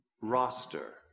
roster